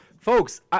folks